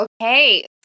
Okay